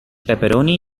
pepperoni